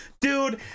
Dude